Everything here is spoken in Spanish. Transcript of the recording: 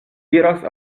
irás